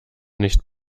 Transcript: nicht